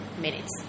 minutes